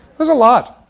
there's a lot.